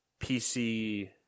PC